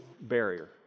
barrier